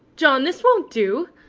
john! this won't do.